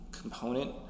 component